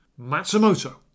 Matsumoto